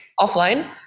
offline